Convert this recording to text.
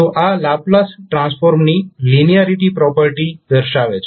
તો આ લાપ્લાસ ટ્રાન્સફોર્મની લિનિયારીટી પ્રોપર્ટી દર્શાવે છે